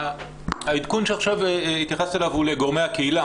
העדכון שעכשיו התייחסו אליו הוא לגורמי הקהילה.